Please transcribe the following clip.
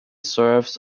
serves